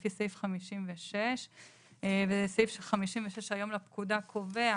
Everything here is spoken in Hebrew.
לפי סעיף 56. סעיף 56 לפקודה היום קובע